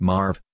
Marv